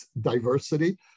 diversity